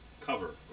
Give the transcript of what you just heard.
cover